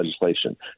legislation